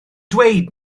dweud